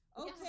okay